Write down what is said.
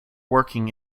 working